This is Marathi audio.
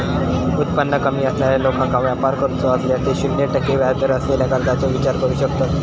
उत्पन्न कमी असणाऱ्या लोकांका व्यापार करूचो असल्यास ते शून्य टक्के व्याजदर असलेल्या कर्जाचो विचार करू शकतत